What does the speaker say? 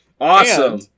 Awesome